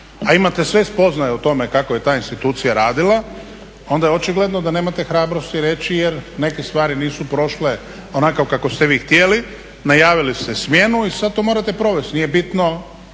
a imate sve spoznaje o tome kako je ta institucija radila onda je očigledno da nemate hrabrosti reći jer neke stvari nisu prošle onako kako ste vi htjeli, najavili ste smjenu i sada to morate provesti. Nije bitno